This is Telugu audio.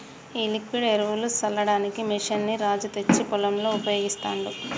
ఈ లిక్విడ్ ఎరువులు సల్లడానికి మెషిన్ ని రాజు తెచ్చి పొలంలో ఉపయోగిస్తాండు